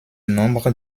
nombre